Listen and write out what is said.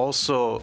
also